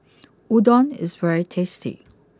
Udon is very tasty